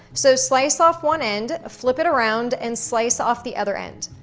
so slice off one end, flip it around and slice off the other end.